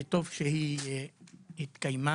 וטוב שהיא התקיימה.